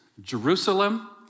Jerusalem